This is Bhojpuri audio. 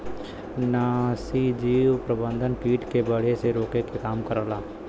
नाशीजीव प्रबंधन कीट के बढ़े से रोके के काम करला